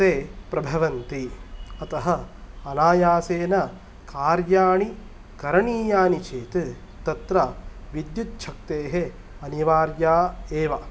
ते प्रभवन्ति अतः अनायासेन कार्याणि करणीयानि चेत् तत्र विद्युत्छक्तेः अनिवार्या एव